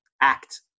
act